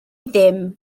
ddim